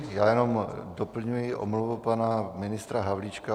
Já jenom doplňuji omluvu pana ministra Havlíčka.